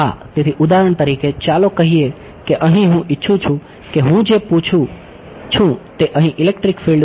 તેથી ઉદાહરણ તરીકે ચાલો કહીએ કે અહીં હું ઈચ્છું છું કે હું જે પૂછું છું તે અહીં ઇલેક્ટ્રિક ફિલ્ડ છે